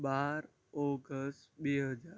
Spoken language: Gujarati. બાર ઓગસ્ટ બે હજાર